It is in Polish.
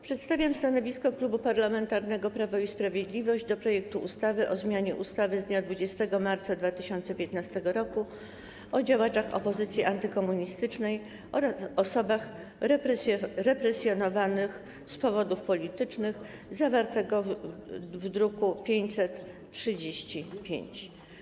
Przedstawiam stanowisko Klubu Parlamentarnego Prawo i Sprawiedliwość wobec projektu ustawy o zmianie ustawy z dnia 20 marca 2015 r. o działaczach opozycji antykomunistycznej oraz osobach represjonowanych z powodów politycznych, druk nr 535.